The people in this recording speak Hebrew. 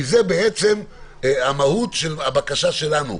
כי זאת המהות של הבקשה שלנו,